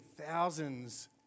thousands